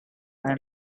and